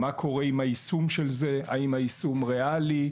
מה קורה עם היישום של זה: האם היישום ריאלי?